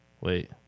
Wait